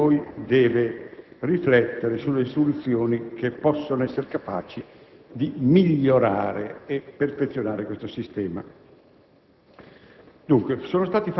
e ognuno di noi deve riflettere sulle soluzioni che possono essere capaci di migliorare e perfezionare questo sistema.